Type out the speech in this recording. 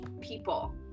people